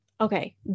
okay